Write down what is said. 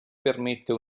permette